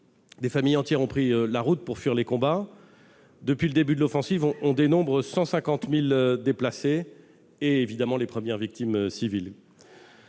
des familles entières ont pris la route pour fuir les combats. Depuis le début de l'offensive, on dénombre 150 000 déplacés et, bien évidemment, de premières victimes civiles.